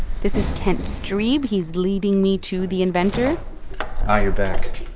this is kent streeb. he's leading me to the inventor ah you're back